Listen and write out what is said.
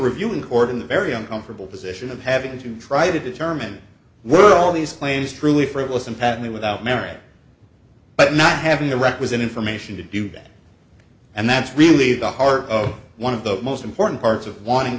reviewing court in the very uncomfortable position of having to try to determine whether all these claims truly frivolous and patently without merit but not having the requisite information to do that and that's really the heart of one of the most important parts of wanting